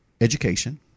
education